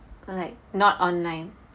like not online